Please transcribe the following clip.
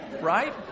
right